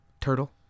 turtle